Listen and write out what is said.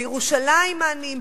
בירושלים העניים,